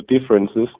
differences